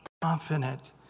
confident